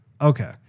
Okay